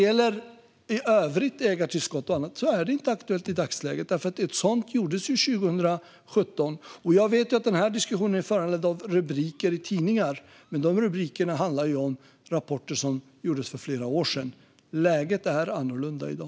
Ägartillskott är inte aktuellt i dagsläget, för ett sådant gjordes ju 2017. Jag vet att den här diskussionen är föranledd av rubriker i tidningar, men de handlar ju om rapporter som gjordes för flera år sedan. Läget är annorlunda i dag.